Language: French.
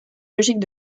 logiques